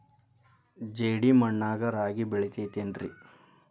ಜೇಡಿ ಮಣ್ಣಾಗ ರಾಗಿ ಬೆಳಿತೈತೇನ್ರಿ?